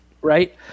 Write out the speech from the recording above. Right